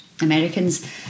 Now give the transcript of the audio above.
Americans